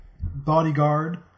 bodyguard